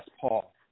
Paul